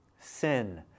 sin